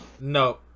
No